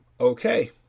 Okay